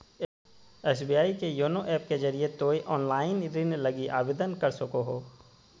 SBI के YONO app के जरिए तोय ऑनलाइन ऋण लगी आवेदन कर सको हो